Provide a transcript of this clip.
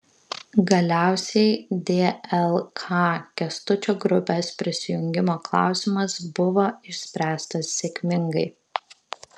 galiausiai dlk kęstučio grupės prisijungimo klausimas buvo išspręstas sėkmingai